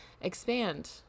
expand